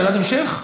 שאלת המשך?